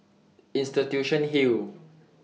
Institution Hill